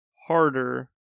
harder